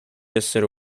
essere